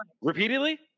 Repeatedly